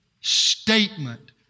statement